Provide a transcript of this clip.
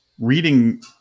Reading